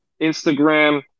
Instagram